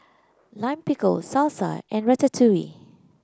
Lime Pickle Salsa and Ratatouille